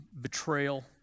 betrayal